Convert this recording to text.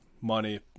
money